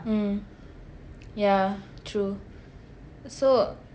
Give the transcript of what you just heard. mm ya true so